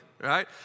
right